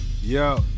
Yo